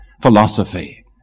philosophy